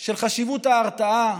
של חשיבות ההרתעה.